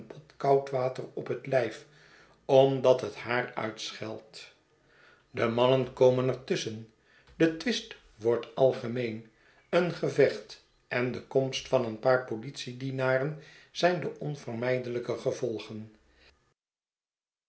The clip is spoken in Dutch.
koud water op het lijf omdat het haar uitscheldt de mannen komen er tusschen de twist wordt algemeen een gevecht en de komst van een paar politiedienaren zijn de onvermijdelijke gevolgen